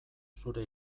zure